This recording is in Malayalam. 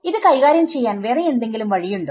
ഇത് കൈകാര്യം ചെയ്യാൻ വേറെ എന്തെങ്കിലും വഴിയുണ്ടോ